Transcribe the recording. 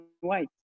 white